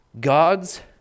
God's